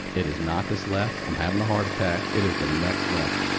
it is not this left. i'm having a heart attack, it is the next left.